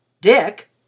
Dick